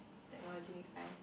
technology next time